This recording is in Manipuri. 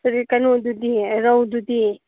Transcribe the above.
ꯀꯔꯤ ꯀꯩꯅꯣꯗꯨꯗꯤ ꯔꯧꯗꯨꯗꯤ